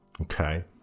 Okay